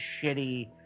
shitty